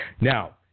Now